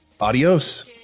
Adios